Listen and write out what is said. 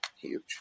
Huge